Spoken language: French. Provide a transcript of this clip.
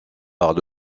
par